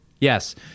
Yes